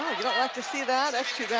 you don't like to see that.